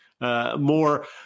more